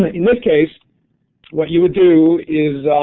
in this case what you would do is.